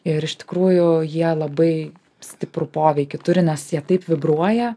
ir iš tikrųjų jie labai stiprų poveikį turi nes jie taip vibruoja